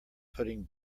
putting